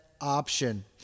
option